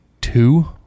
two